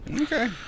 Okay